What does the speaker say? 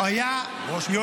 הוא היה יועץ.